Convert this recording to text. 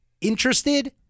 interested